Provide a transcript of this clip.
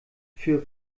für